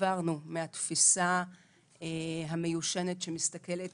עברנו מהתפיסה המיושנת שמסתכלת